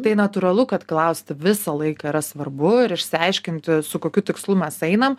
tai natūralu kad klausti visą laiką yra svarbu ir išsiaiškinti su kokiu tikslu mes einam